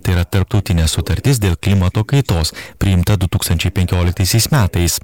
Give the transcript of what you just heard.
tai yra tarptautinė sutartis dėl klimato kaitos priimta du tūkstančiai penkioliktaisiais metais